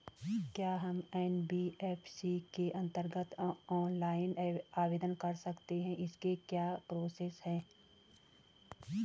क्या हम एन.बी.एफ.सी के अन्तर्गत ऑनलाइन आवेदन कर सकते हैं इसकी क्या प्रोसेस है?